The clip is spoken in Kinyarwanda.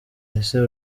ese